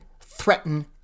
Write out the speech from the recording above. threaten